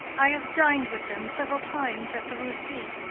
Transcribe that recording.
i have dined with them several times at the russie.